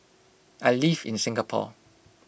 I live in Singapore